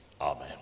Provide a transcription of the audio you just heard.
Amen